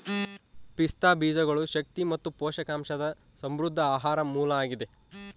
ಪಿಸ್ತಾ ಬೀಜಗಳು ಶಕ್ತಿ ಮತ್ತು ಪೋಷಕಾಂಶದ ಸಮೃದ್ಧ ಆಹಾರ ಮೂಲ ಆಗಿದೆ